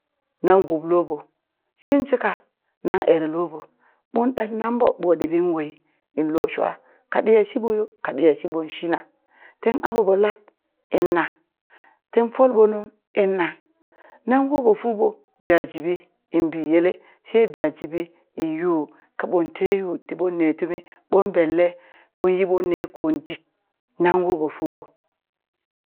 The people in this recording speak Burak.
Nan gun loɓo, yinshika na ere loɓo, ɓon ɗibnan ɓo ɓo ɗibin wai lo shwa ka ɗiya shiɓoyo ka ɗiya shiɓoyon shina tin aɓa ɓo lat inna tin folɓo nung inna, nan woɓo fuɓo da jibi in biyele she da jibi in yuu kaɓon tee yuu tiɓonne tumi ɓon belle ɓon yiɓon ne kon dit nan woɓo fuɓo